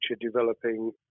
developing